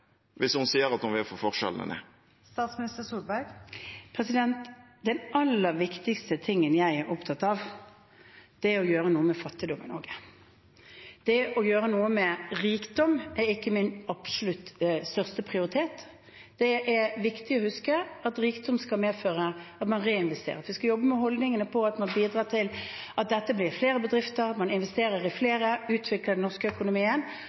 hvis hun sier at hun vil få forskjellene ned? Det aller viktigste jeg er opptatt av, er å gjøre noe med fattigdom i Norge. Det å gjøre noe med rikdom er ikke min absolutt største prioritet. Det er viktig å huske at rikdom skal medføre at man reinvesterer, at vi skal jobbe med holdningene rundt at man bidrar til at det blir flere bedrifter, at man investerer i flere og utvikler den norske økonomien.